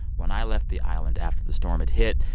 when i left the island after the storm had hit,